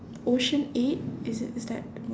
ocean eight is it is that the one